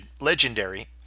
legendary